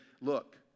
look